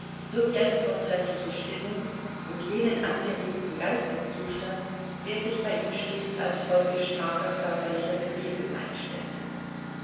sowie eine vortreffliche stimmung und jenen angeregten geisteszustand der sich bei ihm stets als folge starker körperlicher bewegung einstellte